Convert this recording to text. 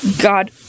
God